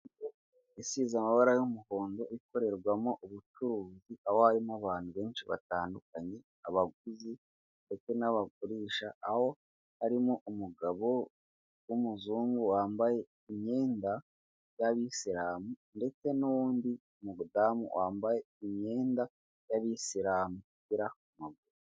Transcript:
Inzu isize amabara y'umuhondo ikorerwamo ubucuruzi aho harimo abantu benshi batandukanye, abaguzi ndetse n'abagurisha aho harimo umugabo w'umuzungu wambaye imyenda y'abasiramu ndetse n'undi mudamu wambaye imyenda y'ababisiramu igera ku maguru.